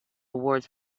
awards